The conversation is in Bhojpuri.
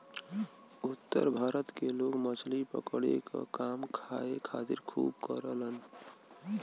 उत्तर भारत के लोग मछली पकड़े क काम खाए खातिर खूब करलन